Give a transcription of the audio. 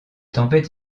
tempêtes